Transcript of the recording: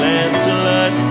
Lancelot